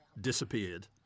disappeared